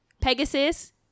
Pegasus